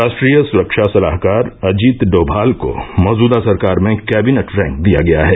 राष्ट्रीय सुरक्षा सलाहकार अजीत डोभाल को मौजूदा सरकार में कैबिनेट रैंक दिया गया है